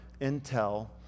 intel